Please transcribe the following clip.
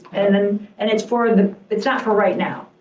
and and it's for the, its' not for right now.